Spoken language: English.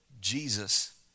Jesus